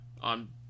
on